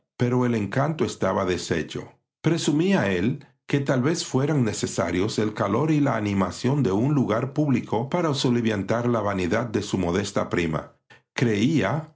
pero el encanto estaba deshecho presumía él que tal vez fueran necesarios el calor y la animación de un lugar público para soliviantar la vanidad de su modesta prima creía